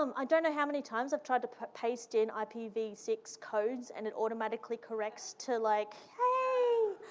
um i don't know how many times i've tried to paste in i p v six codes and it automatically corrects to like, hey!